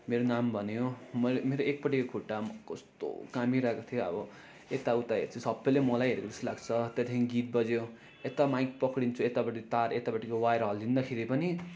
मेरो नाम भन्यो मैले मेरो एकपट्टिको खुट्टा कस्तो कामिरहेको थियो अब यताउता हेर्छु सबैले मलाई हेरेको जस्तो लाग्छ त्यहाँदेखि गीत बज्यो यता माइक पक्रिन्छु यतापट्टि तार यतापट्टिको वायर हल्लिँदाखेरि पनि